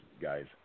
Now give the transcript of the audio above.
guys